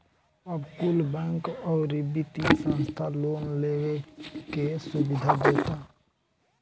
अब कुल बैंक, अउरी वित्तिय संस्था लोन लेवे के सुविधा देता